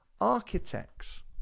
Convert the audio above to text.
Architects